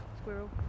Squirrel